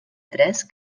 tres